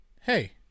hey